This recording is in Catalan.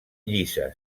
llisa